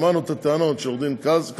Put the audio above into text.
שמענו את הטענות של עו"ד קלגסבלד,